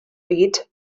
byd